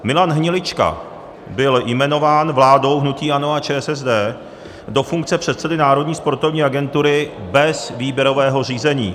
Milan Hnilička byl jmenován vládou hnutí ANO a ČSSD do funkce předsedy Národní sportovní agentury bez výběrového řízení.